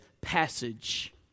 passage